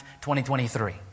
2023